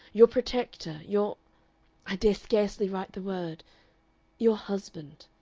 your protector, your i dare scarcely write the word your husband.